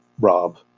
Rob